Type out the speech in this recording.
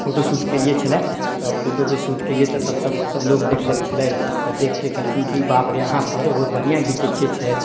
तऽ photo shoot कयलियै छलै तऽ फोटोके सूट कयलियै तऽ सभ सभ सभ लोक देखलक छलै तऽ देखिके कहलखिन कि बाप रे अहाँ फोटो बहुत बढ़िआँ घिचय छियै छै